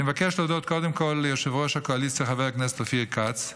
אני מבקש להודות קודם כול ליושב-ראש הקואליציה חבר הכנסת אופיר כץ,